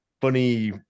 funny